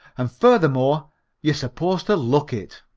and furthermore you're supposed to look it.